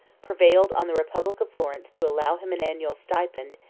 prevailed on the republic of florence to allow him an annual stipend,